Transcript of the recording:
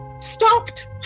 stopped